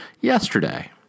yesterday